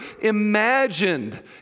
imagined